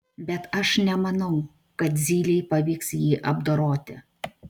bet aš nemanau kad zylei pavyks jį apdoroti